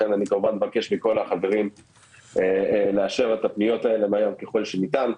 לכן אני מבקש מכל החברים לאשר את הפניות האלה מהר ככל שניתן.